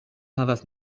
havas